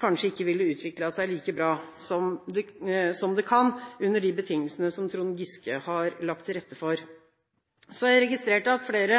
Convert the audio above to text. kanskje ikke ville utviklet seg like bra som det kan under de betingelsene som Trond Giske har lagt til rette for. Så har jeg registrert at flere